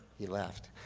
he left.